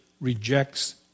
rejects